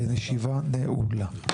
הישיבה נעולה.